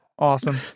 awesome